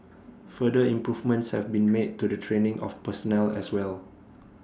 further improvements have been made to the training of personnel as well